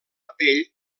pell